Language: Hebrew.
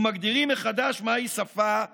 ומגדירים מחדש מהי שפה אורווליאנית.